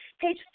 Page